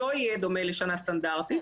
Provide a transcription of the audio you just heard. לא יהיה דומה לשנה סטנדרטית,